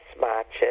marches